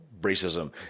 racism